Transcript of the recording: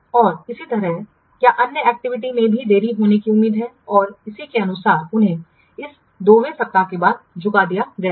और इसी तरह क्या अन्य एक्टिविटीज में भी देरी होने की उम्मीद है और इसी के अनुसार उन्हें इस 2 वें सप्ताह के बाद झुका दिया गया था